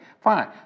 fine